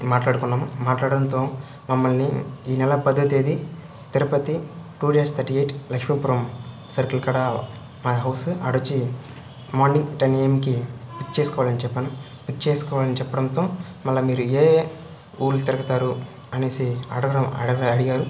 మాట్లాడుకున్నాము మాట్లాడడంతో మమ్మల్ని ఈ నెల పదోతేదీ Tirupati two dash thirty eight Lakshmipuram సర్కిల్కాడ మా హౌసు ఆడవచ్చి మార్నింగ్ టెన్ ఏఎమ్కి పిక్ చేసుకోవాలని చెప్పాను పిక్ చేసుకోవాలని చెప్పడంతో మళ్ళా మీరు ఏ ఊళ్ళు తిరుగుతారు అని అడగడం అడిగా అడిగారు